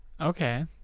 okay